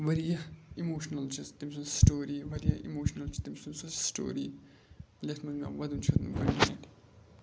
واریاہ اِموشنَل چھِ تٔمۍ سٕنٛز سٹوری واریاہ اِموشنَل چھِ تٔمۍ سُنٛد سُہ سِٹوری یَتھ منٛز مےٚ وَدُن چھُ ہیوتمُت گۄڈٕنِچ لَٹہِ